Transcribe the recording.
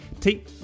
take